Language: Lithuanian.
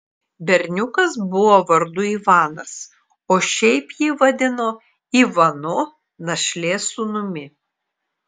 berniukas buvo vardu ivanas o šiaip jį vadino ivanu našlės sūnumi